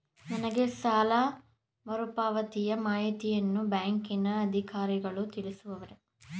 ನನಗೆ ಸಾಲ ಮರುಪಾವತಿಯ ಮಾಹಿತಿಯನ್ನು ಬ್ಯಾಂಕಿನ ಅಧಿಕಾರಿಗಳು ತಿಳಿಸುವರೇ?